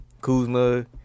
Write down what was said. Kuzma